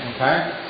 Okay